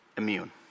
immune